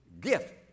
gift